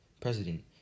president